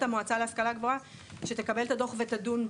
המועצה להשכלה גבוהה שתקבל את הדוח ותדון בו.